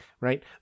right